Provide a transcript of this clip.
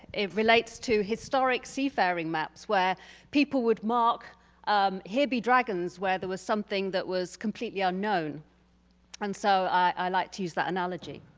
it relates to historic sea faring maps where people would mark um here be dragons. where there was something that was completely unknown and so i liked to use that analogy.